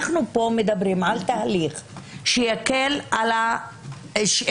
אנחנו פה מדברים על תהליך שיקל על השארים,